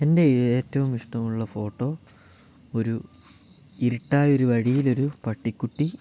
എൻ്റെ ഏറ്റവും ഇഷ്ടമുള്ള ഫോട്ടോ ഒരു ഇരുട്ടായ ഒരു വഴിയിൽ ഒരു പട്ടിക്കുട്ടി